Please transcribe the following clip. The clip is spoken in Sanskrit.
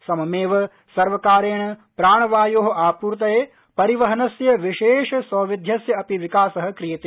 सममेव सर्वकारेण प्राणवायोः आपूर्तये परिवहनस्य विशेष सौविध्यस्य अपि विकासः क्रियते